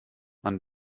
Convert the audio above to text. man